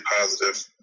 positive